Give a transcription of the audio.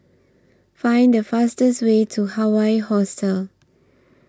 Find The fastest Way to Hawaii Hostel